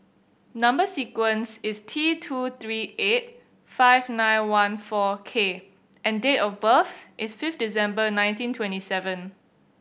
number sequence is T two three eight five nine one four K and date of birth is fifth December nineteen twenty seven